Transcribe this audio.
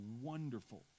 wonderful